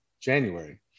January